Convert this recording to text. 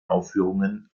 aufführungen